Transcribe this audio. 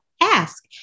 ask